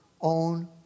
own